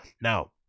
Now